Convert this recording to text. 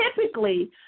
typically